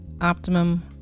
optimum